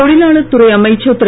தொழிலாளர் துறை அமைச்சர் திரு